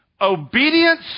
Obedience